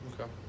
Okay